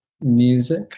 music